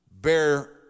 bear